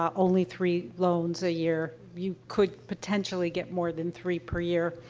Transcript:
um only three loans a year. you could potentially get more than three per year,